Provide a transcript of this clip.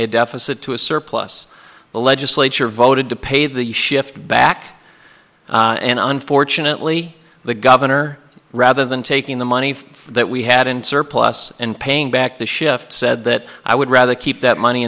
a deficit to a surplus the legislature voted to pay the shift back and unfortunately the governor rather than taking the money that we had in surplus and paying back the shift said that i would rather keep that money